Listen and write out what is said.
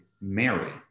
mary